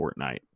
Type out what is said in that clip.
Fortnite